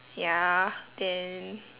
ya then